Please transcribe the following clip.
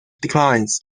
declines